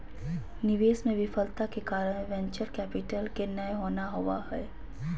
निवेश मे विफलता के कारण वेंचर कैपिटल के नय होना होबा हय